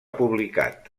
publicat